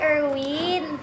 Erwin